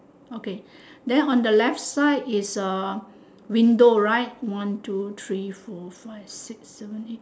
okay then on the left side is uh window right one two three four five six seven eight